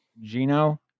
Gino